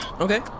Okay